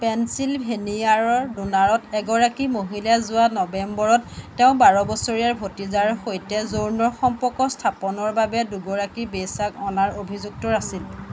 পেনছিলভেনিয়াৰৰ ড'নোৰাত এগৰাকী মহিলাই যোৱা নৱেম্বৰত তেওঁৰ বাৰ বছৰীয়া ভতিজাৰ সৈতে যৌন সম্পৰ্ক স্থাপনৰ বাবে দুগৰাকী বেশ্যাক অনাৰ অভিযুক্ত আছিল